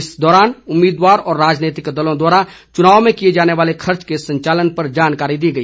इस दौरान उम्मीदवार व राजनीतिक दलों द्वारा चुनाव में किए जाने वाले खर्च के संचालन पर जानकारी दी गई